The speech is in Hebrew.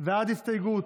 ועד הסתייגות,